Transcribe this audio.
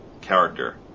character